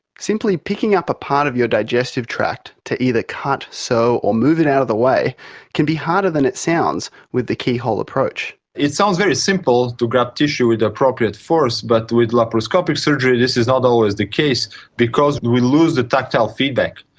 simply picking up a part of your digestive tract to either cut, sew or move it out of the way can be harder than it sounds with the keyhole approach. it sounds very simple to grab tissue with appropriate force, but with laparoscopic surgery this is not always the case because we lose the tactile feedback.